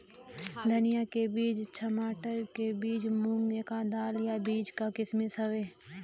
धनिया के बीज, छमाटर के बीज, मूंग क दाल ई बीज क किसिम हउवे